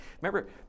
Remember